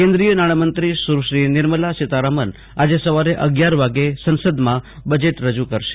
કેન્દ્રીય નાણામંત્રી સુશ્રી નિર્મલા સીતારામન આજે સવારે અગિયાર વાગ્યે સંસદમાં બજેટ રજુ કરશે